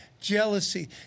jealousy